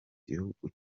gihugu